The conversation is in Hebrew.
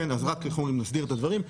אז רק, איך אומרים, נסדיר את הדברים.